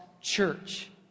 church